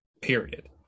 period